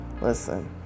Listen